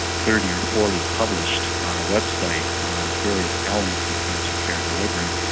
thirty or forty published on a website on various elements of cancer care delivery,